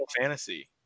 Fantasy